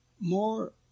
more